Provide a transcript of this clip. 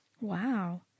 Wow